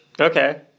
okay